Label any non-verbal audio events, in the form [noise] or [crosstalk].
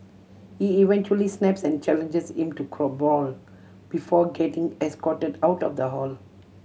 he eventually snaps and challenges him to a [unintelligible] brawl before getting escorted out of the hall